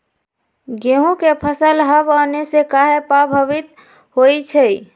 गेंहू के फसल हव आने से काहे पभवित होई छई?